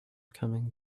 coming